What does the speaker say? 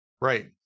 right